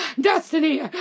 destiny